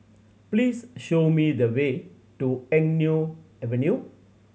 please show me the way to Eng Neo Avenue